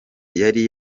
yari